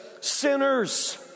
sinners